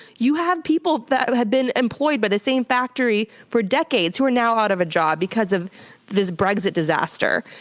you have people that had been employed by the same factory for decades who are now out of a job because of this brexit disaster,